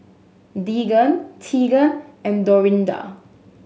Deegan Teagan and Dorinda